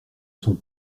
sont